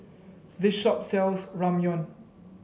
this shop sells Ramyeon